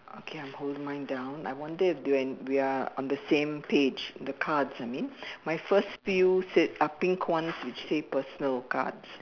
okay I'm holding mine down I wonder if they we are on the same page the cards I mean my first few said uh pink ones which said personal cards